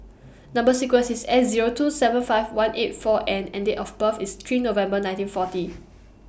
Number sequence IS S Zero two seven five one eight four N and Date of birth IS three November nineteen forty